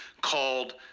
called